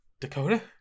Dakota